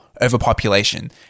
overpopulation